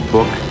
Book